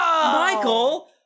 Michael